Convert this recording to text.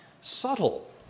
Subtle